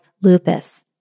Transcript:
lupus